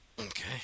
Okay